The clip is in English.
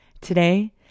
Today